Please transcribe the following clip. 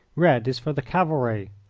red is for the cavalry.